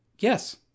Yes